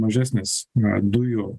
mažesnis dujų